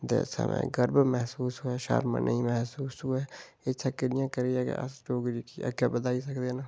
जेह्दे कन्नै गर्व महसूस होऐ ते शर्म महसूस निं होऐ एह्दे कन्नै गै अस डोगरी गी अग्गै बधाई सकदे न